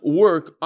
work